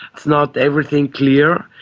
it's not everything clear.